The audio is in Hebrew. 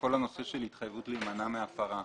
כל הנושא של התחייבות להימנע מהפרה.